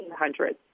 1800s